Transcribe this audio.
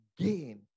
again